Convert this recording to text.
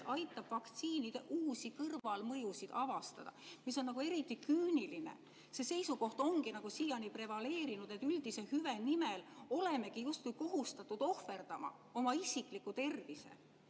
aitab vaktsiinide uusi kõrvalmõjusid avastada. See on eriti küüniline. See seisukoht ongi siiani prevaleerinud, et üldise hüve nimel olemegi justkui kohustatud ohverdama oma isikliku tervise.